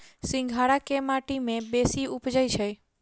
सिंघाड़ा केँ माटि मे बेसी उबजई छै?